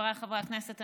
חבריי חברי הכנסת,